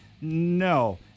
no